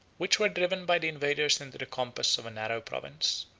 which were driven by the invaders into the compass of a narrow province.